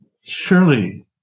surely